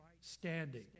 standing